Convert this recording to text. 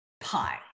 pie